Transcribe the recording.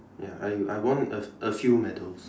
ya I I won a a few medals